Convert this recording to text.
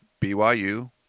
BYU